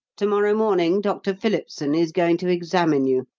to-morrow morning dr. phillipson is going to examine you,